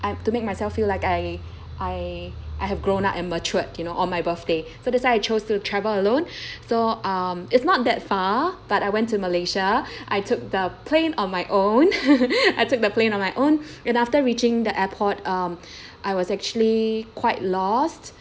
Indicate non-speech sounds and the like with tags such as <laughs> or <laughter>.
I to make myself feel like I I I have grown up and matured you know on my birthday so that's why I chose to travel alone <breath> so um it's not that far but I went to malaysia I took the plane on my own <laughs> I took the plane on my own and after reaching the airport um <breath> I was actually quite lost